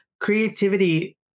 Creativity